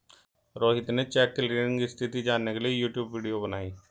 रोहित ने cheque clearing स्थिति जानने के लिए यूट्यूब वीडियो बनाई